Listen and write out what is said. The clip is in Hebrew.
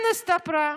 כן הסתפרה,